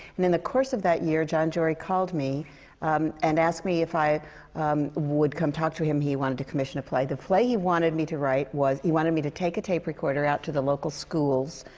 and in the course of that year, jon jory called me and asked me if i would come talk to him. he wanted to commission a play. the play he wanted me to write was he wanted me to take a tape recorder out to the local schools,